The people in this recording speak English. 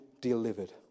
delivered